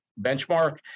benchmark